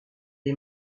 les